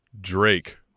drake